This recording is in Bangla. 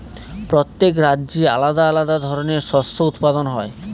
প্রত্যেক রাজ্যে আলাদা আলাদা ধরনের শস্য উৎপাদন হয়